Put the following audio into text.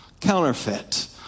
counterfeit